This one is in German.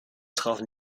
trafen